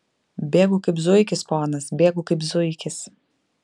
bėgu kaip zuikis ponas bėgu kaip zuikis